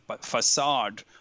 facade